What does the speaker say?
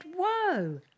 whoa